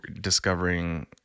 discovering